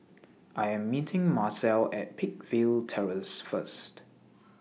I Am meeting Marcel At Peakville Terrace First